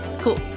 cool